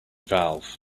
valve